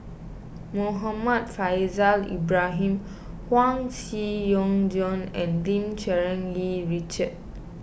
Muhammad Faishal Ibrahim Huang Joan and Lim Cherng Yih Richard